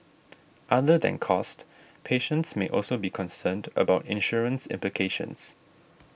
other than cost patients may also be concerned about insurance implications